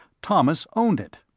thomas owned it.